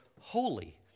holy